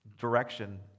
direction